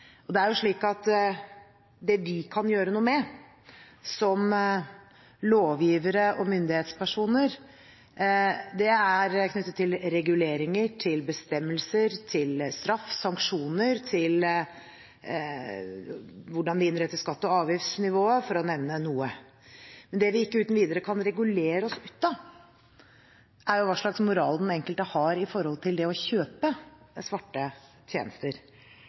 Det er jo slik at det vi kan gjøre noe med som lovgivere og myndighetspersoner, er knyttet til reguleringer, til bestemmelser, til straff og sanksjoner og til hvordan vi innretter skatte- og avgiftsnivået, for å nevne noe. Det vi ikke uten videre kan regulere oss ut av, er hva slags moral den enkelte har når det gjelder å kjøpe svarte tjenester.